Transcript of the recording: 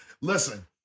Listen